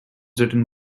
written